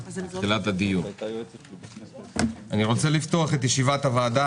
אני רוצה לפתוח את ישיבת הוועדה.